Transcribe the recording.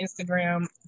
Instagram